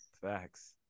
Facts